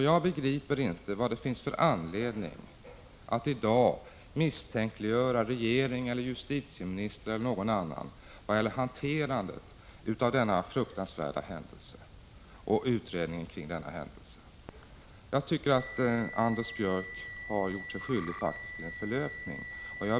Jag begriper inte vad det finns för anledning att i dag misstänkliggöra regering eller justitieminister eller någon annan i vad gäller hanterandet av denna fruktansvärda händelse och utredningen kring den. Jag tycker faktiskt att Anders Björck har gjort sig skyldig till en förlöpning.